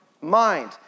mind